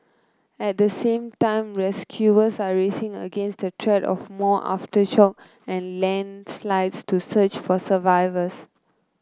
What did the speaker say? at the same time rescuers are racing against the threat of more aftershock and landslides to search for survivors